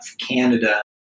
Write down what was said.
Canada